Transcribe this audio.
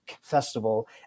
festival